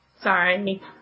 Sorry